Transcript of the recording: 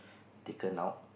taken out